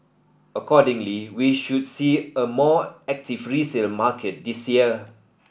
accordingly we should see a more active resale market this year